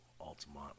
Altamont